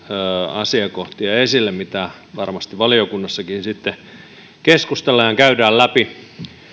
asiakohtia mistä varmasti valiokunnassakin sitten keskustellaan ja mitä käydään läpi